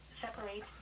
separate